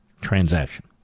transaction